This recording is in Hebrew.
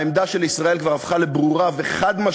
העמדה של ישראל כבר הפכה לברורה וחד-משמעית: